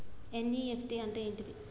NEFT అంటే ఏంటిది?